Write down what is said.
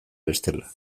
bestela